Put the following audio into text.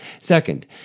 Second